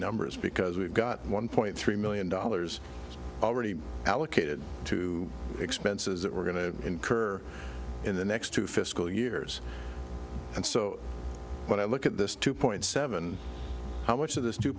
numbers because we've got one point three million dollars already allocated to expenses that we're going to incur in the next two fiscal years and so when i look at this two point seven how much of this